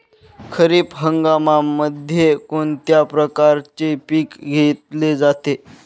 खरीप हंगामामध्ये कोणत्या प्रकारचे पीक घेतले जाते?